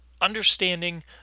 understanding